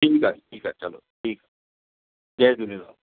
ठीकु आहे ठीकु आहे चलो ठीकु जय झूलेलाल